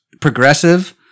progressive